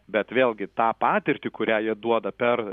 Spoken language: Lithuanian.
bet vėlgi tą patirtį kurią jie duoda per